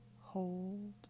hold